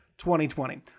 2020